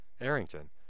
Arrington